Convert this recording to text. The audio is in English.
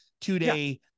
two-day